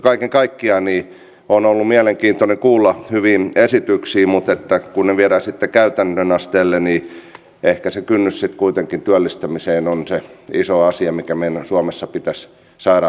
kaiken kaikkiaan on ollut mielenkiintoista kuulla hyviä esityksiä mutta kun ne viedään sitten käytännön asteelle niin ehkä se kynnys kuitenkin työllistämiseen on se iso asia mikä meidän suomessa pitäisi saada madallettua